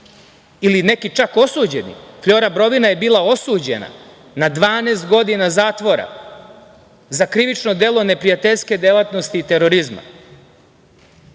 ili neki čak osuđeni, Flora Brovina je bila osuđena na 12 godina zatvora za krivično delo neprijateljske delatnosti i terorizma.